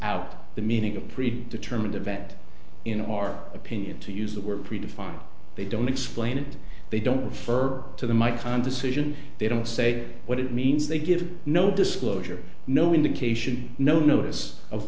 out the meaning of pre determined event in our opinion to use the word predefined they don't explain it they don't refer to the mycon decision they don't say what it means they give no disclosure no indication no notice of